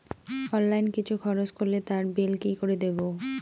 Online কিছু খরচ করলে তার বিল কি করে দেবো?